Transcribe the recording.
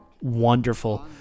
wonderful